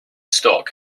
stock